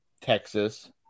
Texas